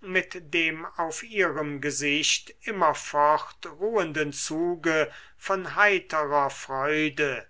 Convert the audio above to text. mit dem auf ihrem gesicht immerfort ruhenden zuge von heiterer freude